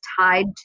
tied